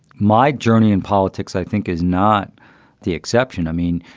my journey in politics, i think, is not the exception. i mean,